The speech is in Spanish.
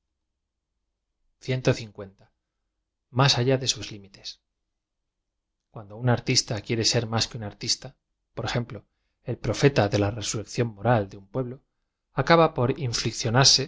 más allá de sus hmiies cuando un artista quiere ser más que un artista por ejemplo j el profeta de la resurrección moral de un pueblo acaba por